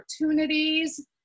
opportunities